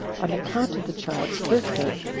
on account of the child's birthday,